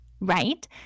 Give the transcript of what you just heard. right